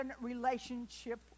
relationship